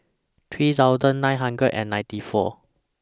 three thousand nine hundred and ninety four